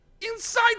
Inside